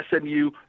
SMU